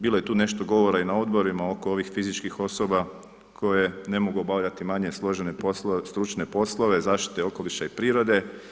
Bilo je tu nešto govora i na Odborima oko ovih fizičkih osoba koje ne mogu obavljati manje složene poslove, stručne poslove zaštite okoliša i prirode.